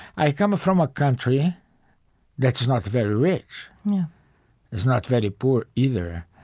i come from a country that's not very rich yeah it's not very poor, either.